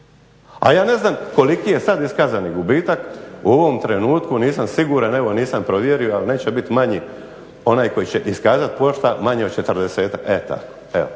A ja ne znam koliki je sad iskazani gubitak u ovom trenutku nisam siguran, evo nisam provjerio, ali neće biti manji onaj koji će iskazati pošta manji od